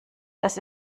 das